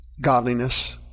godliness